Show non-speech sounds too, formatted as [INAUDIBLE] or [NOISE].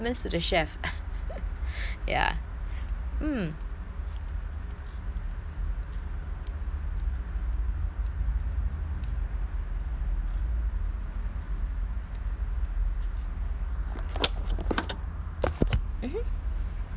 [LAUGHS] ya mm mmhmm